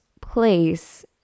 place